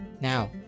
Now